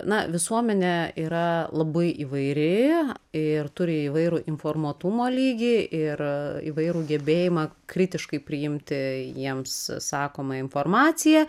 na visuomenė yra labai įvairi ir turi įvairų informuotumo lygį ir įvairų gebėjimą kritiškai priimti jiems sakomą informaciją